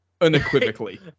unequivocally